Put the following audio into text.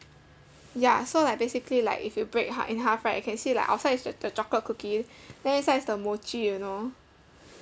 ya so like basically like if you break ha~ in half right can see like outside is th~ the chocolate cookie then inside is the mochi you know